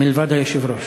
מלבד היושב-ראש.